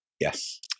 Yes